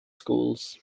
schools